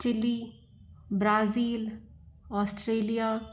Chile Brazil Australia